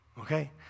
Okay